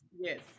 yes